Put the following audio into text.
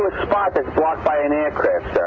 spot that's blocked by an aircraft, sir.